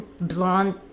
blonde